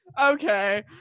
Okay